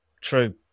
True